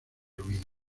ruinas